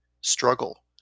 struggle